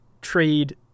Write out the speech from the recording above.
trade